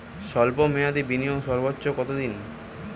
স্বল্প মেয়াদি বিনিয়োগ সর্বোচ্চ কত দিন?